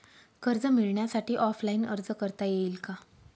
कर्ज मिळण्यासाठी ऑफलाईन अर्ज करता येईल का?